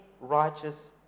righteous